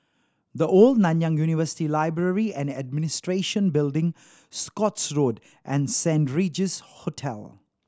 The Old Nanyang University Library and Administration Building Scotts Road and Saint Regis Hotel